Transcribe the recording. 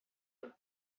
you